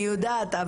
אני יודעת,